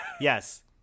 Yes